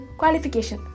qualification